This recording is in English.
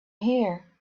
here